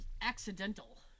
Accidental